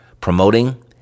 promoting